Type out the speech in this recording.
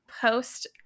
post